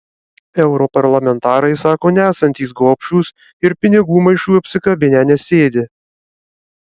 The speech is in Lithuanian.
europarlamentarai sako nesantys gobšūs ir pinigų maišų apsikabinę nesėdi